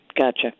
Gotcha